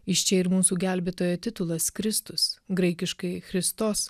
iš čia ir mūsų gelbėtojo titulas kristus graikiškai christos